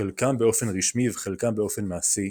חלקם באופן רשמי וחלקם באופן מעשי,